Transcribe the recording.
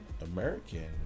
American